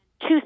two